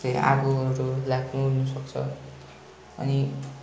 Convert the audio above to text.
त्यसले आगोहरू लाग्नु ओर्नु सक्छ अनि